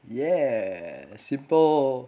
yea simple